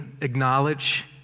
acknowledge